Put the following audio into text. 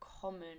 common